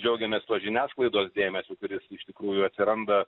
džiaugiamės tuo žiniasklaidos dėmesiu kuris iš tikrųjų atsiranda